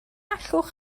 allwch